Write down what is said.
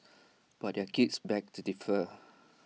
but their kids beg to differ